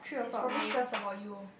he's probably stressed about you